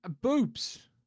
Boobs